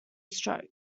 stroke